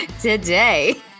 today